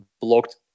blocked